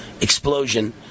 explosion